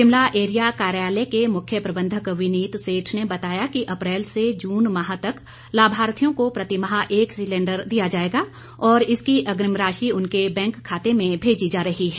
Shimla area कार्यालय के मुख्य प्रबंधक विनित सेठ ने बताया कि अप्रैल से जून माह तक लाभार्थियों को प्रतिमाह एक सिलेंडर दिया जाएगा और इसकी अग्रिम राशि उनके बैंक खाते में भेजी जा रही है